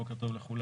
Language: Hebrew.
בוקר טוב לכולם.